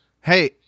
hey